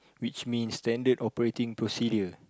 which means Standard operating procedure